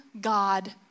God